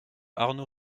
arnaud